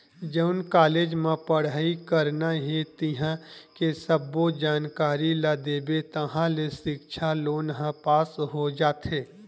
जउन कॉलेज म पड़हई करना हे तिंहा के सब्बो जानकारी ल देबे ताहाँले सिक्छा लोन ह पास हो जाथे